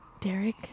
Derek